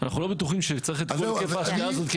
אנחנו לא בטוחים שצריך את כל היקף ההשקעה הזה.